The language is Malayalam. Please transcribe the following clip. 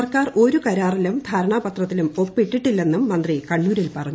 സർക്കാർ ഒരു കരാറിലും ധാരണാപത്രത്തിലും ഒപ്പിട്ടിട്ടില്ലെന്നും മന്ത്രി കണ്ണൂരിൽ പറഞ്ഞു